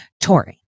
Tory